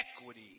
equity